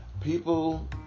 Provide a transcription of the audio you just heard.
people